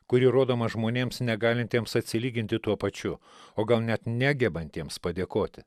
kuri rodoma žmonėms negalintiems atsilyginti tuo pačiu o gal net negebantiems padėkoti